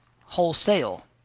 wholesale